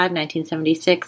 1976